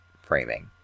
framing